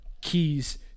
keys